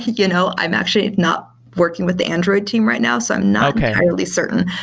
you know i'm actually not working with the android team right now. so i'm not entirely certain.